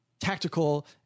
tactical